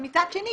אבל מצד שני,